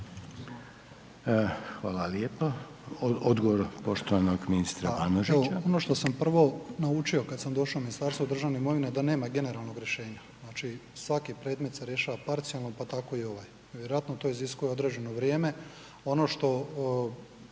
Hvala lijepo. Odgovor poštovanog ministra Banožića.